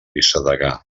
vicedegà